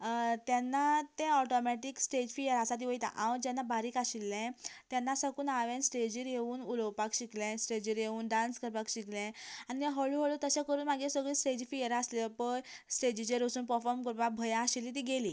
तेन्ना तें automatic stage fear आसा ती वयता हांव जेन्ना बारीक आशिल्लें तेन्ना साकून हांवें स्टेजीर येवून उलोवपाक शिकलें स्टेजीर येवून डांस करपाक शिकलें आनी हळुहळू तशें करून मागीर सगली स्टेज फियर आसल्यो पळय स्टेजीचेर वचून पर्फोम करपाक भंय आशिल्ली ती गेली